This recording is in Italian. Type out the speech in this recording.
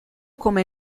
come